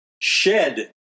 shed